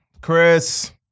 Chris